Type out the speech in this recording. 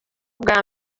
bwa